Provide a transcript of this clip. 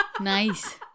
nice